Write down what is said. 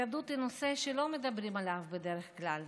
התאבדות היא נושא שלא מדברים עליו בדרך כלל.